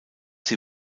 sie